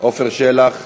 עפר שלח,